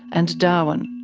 and darwin.